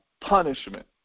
punishment